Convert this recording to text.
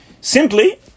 Simply